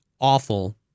awful